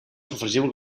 sofregiu